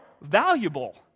valuable